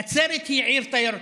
נצרת היא עיר תיירותית.